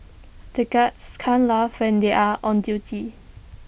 the guards can't laugh when they are on duty